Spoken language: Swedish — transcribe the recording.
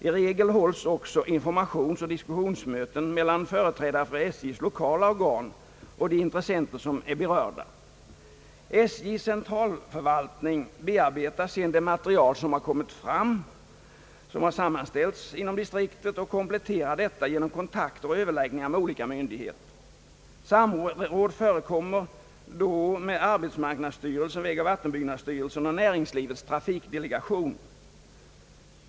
I regel hålls också informationsoch diskussionsmöten mellan företrädare för SJ:s lokala organ och de berörda parterna. SJ:s centralförvaltning bearbetar sedan det material som sammanställts inom distriktet och kompletterar materialet genom kontakter, överläggningar och samråd med olika myndigheter, arbetsmarknadsstyrelsen, vägoch vattenbyggnadsstyrelsen samt näringslivets trafikdelegation.